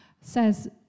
says